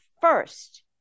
first